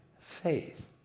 faith